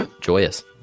joyous